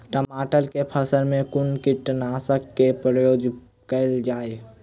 टमाटर केँ फसल मे कुन कीटनासक केँ प्रयोग कैल जाय?